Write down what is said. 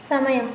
സമയം